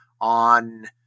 on